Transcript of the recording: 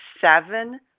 seven